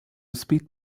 speed